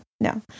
no